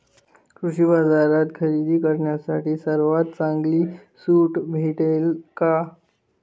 कृषी बाजारात खरेदी करण्यासाठी सर्वात चांगली सूट भेटेल का?